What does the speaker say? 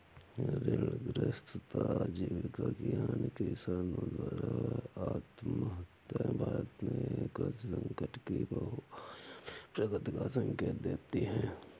ऋणग्रस्तता आजीविका की हानि किसानों द्वारा आत्महत्याएं भारत में कृषि संकट की बहुआयामी प्रकृति का संकेत देती है